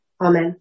Amen